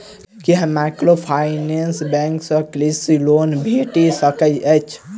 की microfinance bank सँ कृषि loan भेटि सकैत अछि?